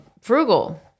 frugal